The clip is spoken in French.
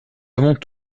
avons